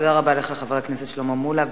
תודה רבה לך, חבר הכנסת שלמה מולה.